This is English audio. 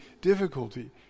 difficulty